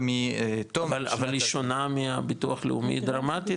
מתום --- אבל היא שונה מהביטוח לאומי דרמטית?